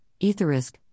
Etherisk